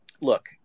look